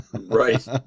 Right